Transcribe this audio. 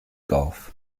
golf